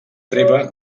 treva